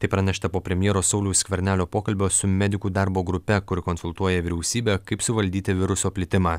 tai pranešta po premjero sauliaus skvernelio pokalbio su medikų darbo grupe kuri konsultuoja vyriausybę kaip suvaldyti viruso plitimą